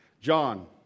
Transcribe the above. John